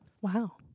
wow